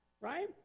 right